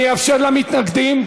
אני אאפשר למתנגדים.